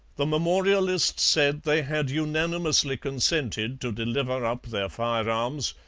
the memorialists said they had unanimously consented to deliver up their firearms,